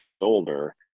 older